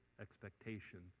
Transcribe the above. expectation